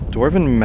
Dwarven